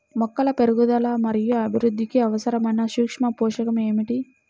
మొక్కల పెరుగుదల మరియు అభివృద్ధికి అవసరమైన సూక్ష్మ పోషకం ఏమిటి?